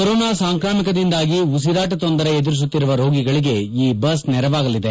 corona ಸಾಂಕ್ರಾಮಿಕದಿಂದಾಗಿ ಉಸಿರಾಟ ತೊಂದರೆ ಎದುರಿಸುತ್ತಿರುವ ರೋಗಿಗಳಿಗೆ ಈ ಬಸ್ ನೆರವಾಗಲಿದೆ